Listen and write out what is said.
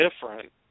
different